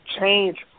change